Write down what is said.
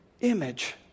image